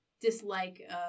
dislike